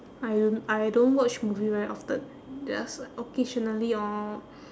I don't I don't watch movie very often just like occasionally or